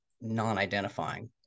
non-identifying